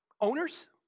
owners